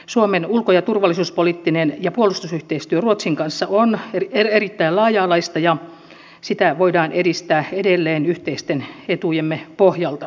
suomen ulko ja turvallisuuspoliittinen ja puolustusyhteistyö ruotsin kanssa on erittäin laaja alaista ja sitä voidaan edistää edelleen yhteisten etujemme pohjalta